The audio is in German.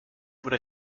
wurde